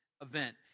event